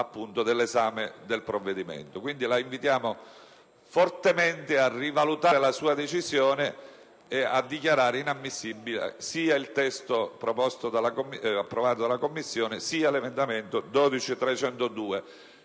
Quindi, la invitiamo fortemente a rivalutare la sua decisione ed a dichiarare inammissibile sia il testo proposto approvato dalla Commissione sia l'emendamento 12.302.